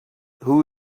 who